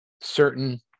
certain